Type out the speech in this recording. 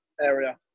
area